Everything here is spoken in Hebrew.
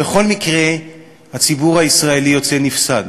בכל מקרה הציבור הישראלי יוצא נפסד,